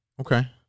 Okay